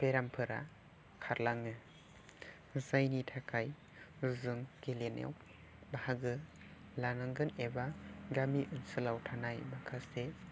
बेरामफोरा खारलाङो जायनि थाखाय जों गेलेनायाव बाहागो लानांगोन एबा गामि ओनसोलाव थानाय माखासे